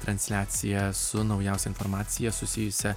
transliacija su naujausia informacija susijusia